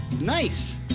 Nice